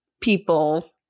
people